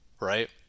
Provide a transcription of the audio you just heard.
right